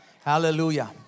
Hallelujah